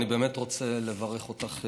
אני באמת רוצה לברך אותך,